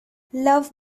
love